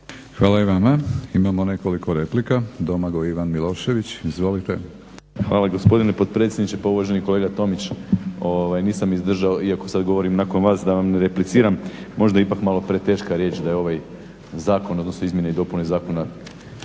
Hvala i vama. Imamo nekoliko replika. Domagoj Ivan Milošević izvolite. **Milošević, Domagoj Ivan (HDZ)** Hvala gospodine potpredsjedniče. Pa uvaženi kolega Tomić nisam izdržao iako sad govorim nakon vas da vam repliciram, možda je ipak malo preteška riječ da je ovaj zakon odnosno izmjene i dopune Zakona